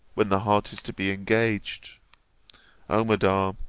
when the heart is to be engaged o madam,